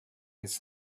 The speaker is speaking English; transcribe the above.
his